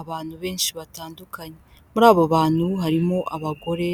Abantu benshi batandukanye, muri abo bantu harimo abagore,